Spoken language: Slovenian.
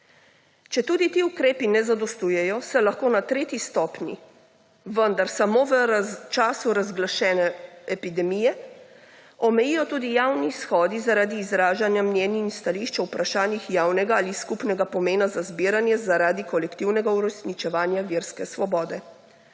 Četudi ti ukrepi ne zadostujejo, se lahko na tretji stopnji, vendar samo v času razglašene epidemije, omejijo tudi javni shodi zaradi izražanja mnenj in stališč o vprašanjih javnega ali skupnega pomena za zbiranje zaradi kolektivnega uresničevanja verske svobode.